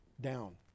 Down